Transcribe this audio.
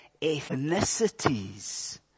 ethnicities